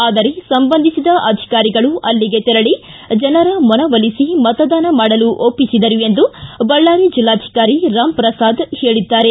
ಆದರೆ ಸಂಬಂಧಿಸಿದ ಅಧಿಕಾರಿಗಳು ಅಲ್ಲಿಗೆ ತೆರಳಿ ಜನರ ಮನವೊಲಿಸಿ ಮತದಾನ ಮಾಡಲು ಒಪ್ಪಿಸಿದರು ಎಂದು ಬಳ್ಳಾರಿ ಜಿಲ್ಲಾಧಿಕಾರಿ ರಾಮ್ ಪ್ರಸಾತ್ ಹೇಳಿದ್ದಾರೆ